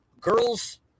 girls